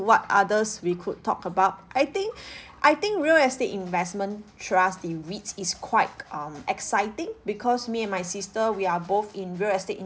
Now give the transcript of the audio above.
what others we could talk about I think I think real estate investment trust the REITs is quite um exciting because me and my sister we are both in real estate